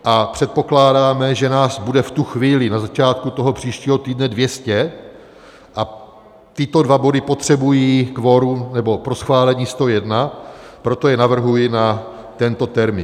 A předpokládáme, že nás bude v tu chvíli, na začátku toho příštího týdne, 200, a tyto dva body potřebují kvorum, nebo pro schválení 101, proto je navrhuji na tento termín.